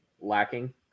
lacking